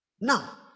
now